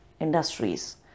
industries